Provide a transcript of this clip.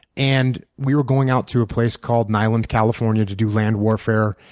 and we were going out to a place called niland, california to do land warfare.